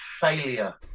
failure